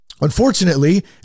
unfortunately